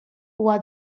huwa